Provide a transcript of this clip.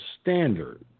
standard